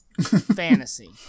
Fantasy